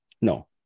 No